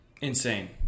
Insane